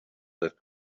that